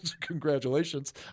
Congratulations